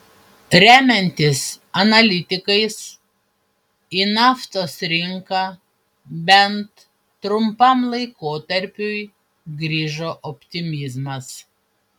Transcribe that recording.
remiantis analitikais į naftos rinką bent trumpam laikotarpiui grįžo optimizmas